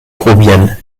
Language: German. probieren